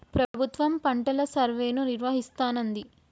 ప్రభుత్వం పంటల సర్వేను నిర్వహిస్తానంది